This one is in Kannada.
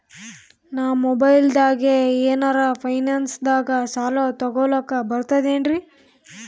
ನಾ ಮೊಬೈಲ್ದಾಗೆ ಏನರ ಫೈನಾನ್ಸದಾಗ ಸಾಲ ತೊಗೊಲಕ ಬರ್ತದೇನ್ರಿ?